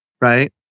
Right